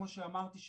כמו שאמרתי,